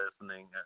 listening